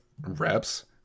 reps